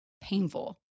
painful